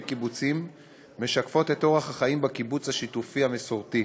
קיבוצים משקפות את אורח החיים בקיבוץ השיתופי המסורתי,